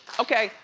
okay,